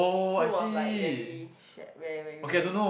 so was like very shag very very very